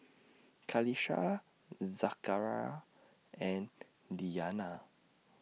Qalisha Zakaria and Diyana